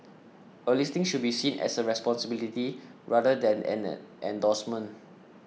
a listing should be seen as a responsibility rather than an endorsement